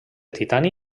titani